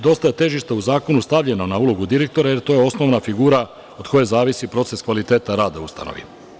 Dosta težišta je u zakonu stavljeno na ulogu direktora, jer je to osnovna figura od koje zavisi proces kvaliteta i rada u ustanovi.